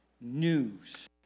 news